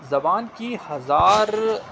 زبان کی ہزار